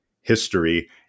history